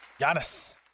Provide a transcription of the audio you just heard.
Giannis